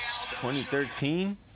2013